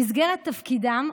במסגרת תפקידם,